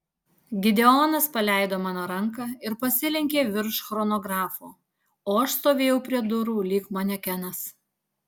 gideonas paleido mano ranką ir pasilenkė virš chronografo o aš stovėjau prie durų lyg manekenas